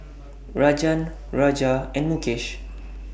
Rajan Raja and Mukesh